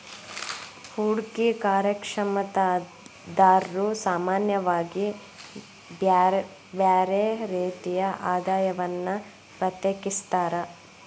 ಹೂಡ್ಕಿ ಕಾರ್ಯಕ್ಷಮತಾದಾರ್ರು ಸಾಮಾನ್ಯವಾಗಿ ಬ್ಯರ್ ಬ್ಯಾರೆ ರೇತಿಯ ಆದಾಯವನ್ನ ಪ್ರತ್ಯೇಕಿಸ್ತಾರ್